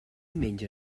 menja